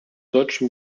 deutschen